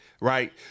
right